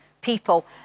people